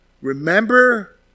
Remember